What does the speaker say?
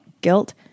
guilt